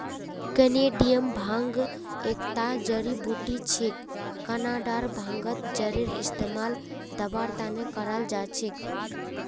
Canadian भांग एकता जड़ी बूटी छिके कनाडार भांगत जरेर इस्तमाल दवार त न कराल जा छेक